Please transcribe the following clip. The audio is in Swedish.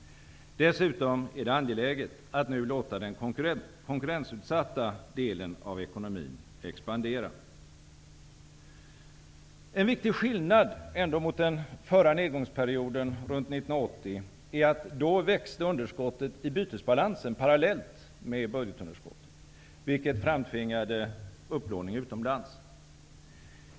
Dessutom är det angeläget att nu låta den konkurrensutsatta delen av ekonomin expandera. En viktig skillnad mot den förra nedgångsperioden runt 1980 är att underskottet i bytesbalansen då växte parallellt med budgetunderskottet, vilket framtvingade upplåning utomlands.